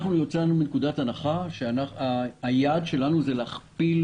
אנחנו יצאנו מנקודת הנחה שהיעד שלנו הוא להכפיל